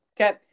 Okay